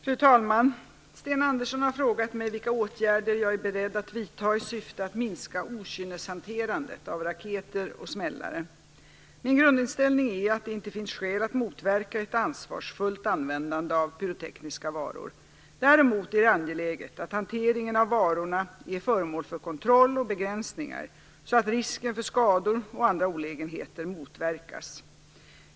Fru talman! Sten Andersson har frågat mig vilka åtgärder jag är beredd att vidta i syfte att minska okynneshanterandet av raketer och smällare. Min grundinställning är att det inte finns skäl att motverka ett ansvarsfullt användande av pyrotekniska varor. Däremot är det angeläget att hanteringen av varorna är föremål för kontroll och begränsningar så att risken för skador och andra olägenheter motverkas.